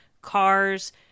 Cars